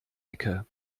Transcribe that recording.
ecke